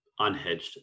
unhedged